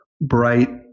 bright